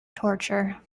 torture